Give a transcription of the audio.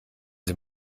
sie